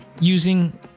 using